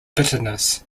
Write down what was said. bitterness